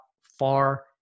far